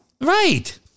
Right